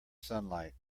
sunlight